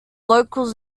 locals